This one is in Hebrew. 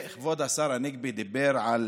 כבוד השר הנגבי דיבר על